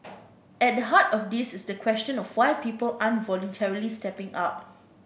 at the heart of this is the question of why people aren't voluntarily stepping up